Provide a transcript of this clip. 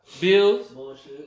bills